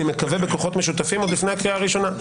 אני מקווה בכוחות משותפים עוד לפני הקריאה הראשונה,